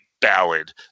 ballad